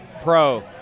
Pro